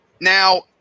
now